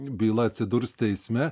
byla atsidurs teisme